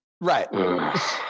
right